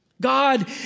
God